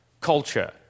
culture